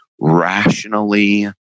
rationally